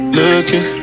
looking